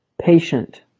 patient